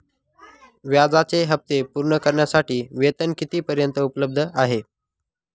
व्याजाचे हप्ते पूर्ण करण्यासाठी वेतन किती पर्यंत उपलब्ध आहे?